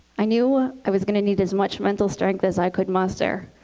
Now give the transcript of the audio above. i knew i was going to need as much mental strength as i could muster,